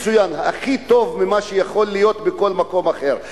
מצוין, הכי טוב ממה שיכול להיות בכל מקום אחר.